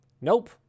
nope